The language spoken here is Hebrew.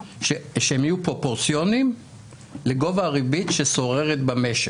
שהם יהיו פרופורציוניים לגובה הריבית ששוררת במשק.